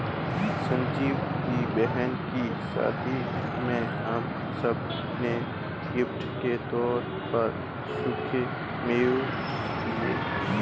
रंजीत की बहन की शादी में हम सब ने गिफ्ट के तौर पर सूखे मेवे दिए